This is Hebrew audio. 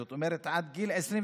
זאת אומרת עד גיל 25